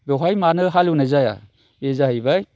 बेवहाय मानो हालएवनाय जाया बे जाहैबाय